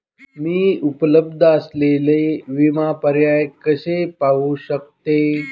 मी उपलब्ध असलेले विमा पर्याय कसे पाहू शकते?